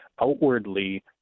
outwardly